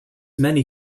many